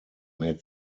made